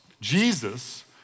Jesus